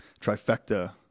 trifecta